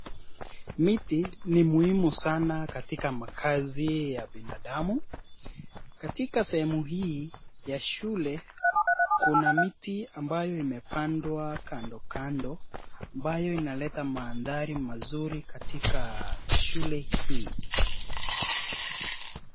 Miti ni muhimu sana katika makazi ya binadamu. Katika sehemu hii, ya shule kuna miti ambayo imepandwa kandokando, ambayo inaleta mandhari mazuri katika shule hii.